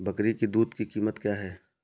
बकरी की दूध की कीमत क्या है?